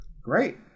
great